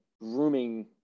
grooming